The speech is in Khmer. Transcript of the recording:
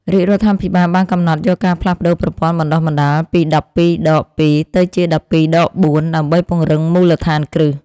រាជរដ្ឋាភិបាលបានកំណត់យកការផ្លាស់ប្តូរប្រព័ន្ធបណ្តុះបណ្តាលពីដប់ពីរដកពីរទៅជាដប់ពីរដកបួនដើម្បីពង្រឹងមូលដ្ឋានគ្រឹះ។